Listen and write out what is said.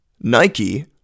Nike